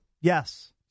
Yes